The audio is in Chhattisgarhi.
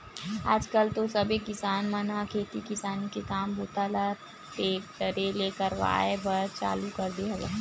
आज कल तो सबे किसान मन ह खेती किसानी के काम बूता ल टेक्टरे ले करवाए बर चालू कर दे हवय